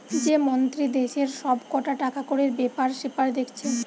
যে মন্ত্রী দেশের সব কটা টাকাকড়ির বেপার সেপার দেখছে